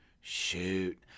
shoot